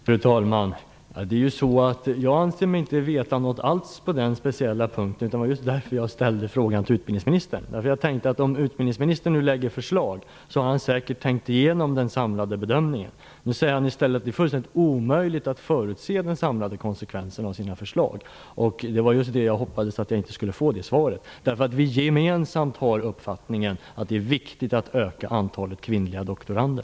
Fru talman! Jag anser mig inte veta någonting alls på den speciella punkten. Det var därför som jag ställde frågan till utbildningsministern. Jag hade tänkt att om utbildningsministern nu lägger fram förslag har han säkert tänkt igenom den samlade bedömningen. Nu säger han i stället att det är fullständigt omöjligt att förutse den samlade konsekvensen av förslaget. Det var just det svar jag hoppades att jag inte skulle få. Gemensamt har vi uppfattningen att det är viktigt att öka antalet kvinnliga doktorander.